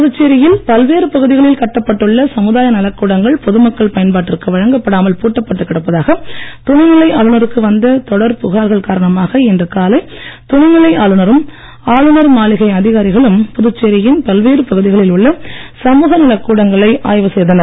புதுச்சேரியில் பல்வேறு பகுதிகளில் கட்டப்பட்டுள்ள சமுதாய நலக்கூடங்கள் பொதுமக்கள் பயன்பாட்டிற்கு வழங்கப்படாமல் பூட்டப்பட்டு கிடப்பதாக துணைநிலை ஆளுநருக்கு வந்த தொடர் புகார்கள் காரணமாக இன்று காலை துணைநிலை ஆளுநரும் ஆளுநர் மாளிகை அதிகாரிகளும் புதுச்சேரியின் பல்வேறு பகுதிகளில் உள்ள சமூகநலக் கூடங்களை ஆய்வு செய்தனர்